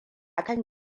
akan